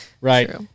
Right